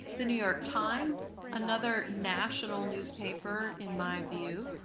the new york times, another national newspaper in my view.